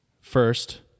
first